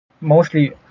mostly